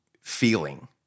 feeling